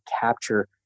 capture